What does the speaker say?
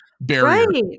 barrier